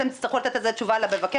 אתם תצטרכו לתת על זה תשובה למבקר.